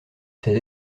ses